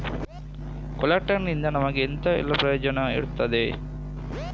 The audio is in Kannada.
ಕೊಲ್ಯಟರ್ ನಿಂದ ನಮಗೆ ಎಂತ ಎಲ್ಲಾ ಪ್ರಯೋಜನ ಇರ್ತದೆ?